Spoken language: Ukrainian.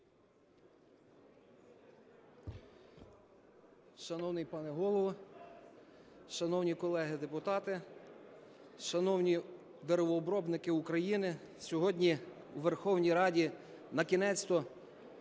Шановний пане Голово, шановні колеги депутати, шановні деревообробники України! Сьогодні у Верховній Раді накінець-то